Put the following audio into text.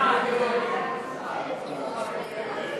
ההצעה להסיר מסדר-היום את הצעת חוק הסדרים במשק